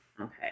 Okay